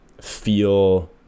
feel